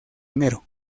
enero